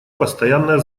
постоянная